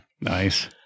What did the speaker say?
Nice